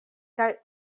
kaj